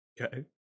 Okay